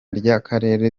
ry’akarere